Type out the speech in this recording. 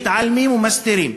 מתעלמים ומסתירים,